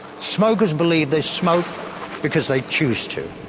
smokers believe they smoke because they choose to,